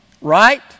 right